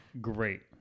great